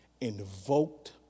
invoked